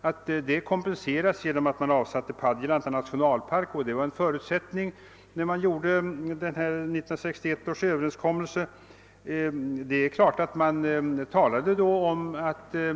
att det kompenseras genom att man avsatt mark till Padjelanta nationalpark, vilket var en förutsättning när man träffade 1961 års överenskommelse.